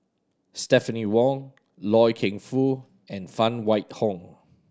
Stephanie Wong Loy Keng Foo and Phan Wait Hong